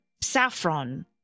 Saffron